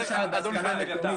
אביתר, סליחה.